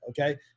okay